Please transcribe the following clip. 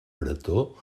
bretó